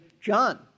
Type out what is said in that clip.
John